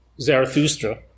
Zarathustra